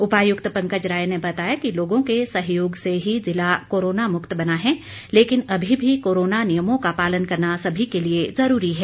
उपायुक्त पंकज राय ने बताया कि लोगों के सहयोग से ही जिला कोरोना मुक्त बना है लेकिन अभी भी कोरोना नियमों का पालन करना सभी के लिए जरूरी है